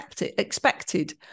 expected